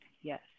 yes